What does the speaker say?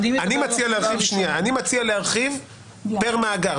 אני מציע להרחיב פר מאגר,